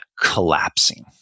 collapsing